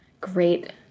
Great